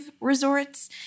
resorts